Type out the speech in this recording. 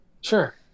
Sure